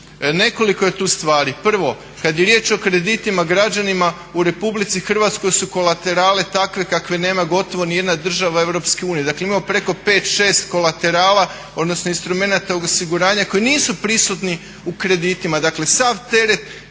Nekoliko je tu stvari, prvo kad je riječ o kreditima građanima u RH su kolaterale takve kakve nema gotovo ni jedna država EU. Dakle imamo preko pet, šest kolaterala odnosno instrumenata osiguranja koji nisu prisutni u kreditima,